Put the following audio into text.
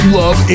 love